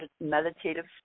meditative